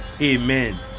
Amen